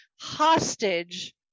hostage